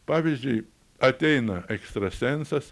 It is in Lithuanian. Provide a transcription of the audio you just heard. pavyzdžiui ateina ekstrasensas